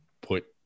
put